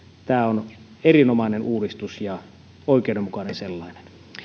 tämä on erinomainen uudistus ja oikeudenmukainen sellainen